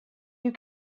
you